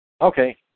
Okay